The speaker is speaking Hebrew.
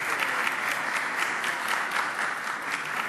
(מחיאות כפיים)